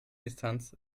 distanz